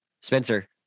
Spencer